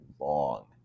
long